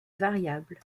variable